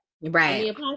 right